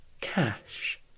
cash